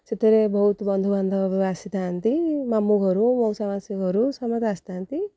ସେଥିରେ ବହୁତ ବନ୍ଧୁବାନ୍ଧବ ଆସିଥାନ୍ତି ମାମୁଁ ଘରୁ ମଉସା ମାଉସୀ ଘରୁ ସମସ୍ତେ ଆସିଥାନ୍ତି